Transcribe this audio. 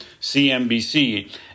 CNBC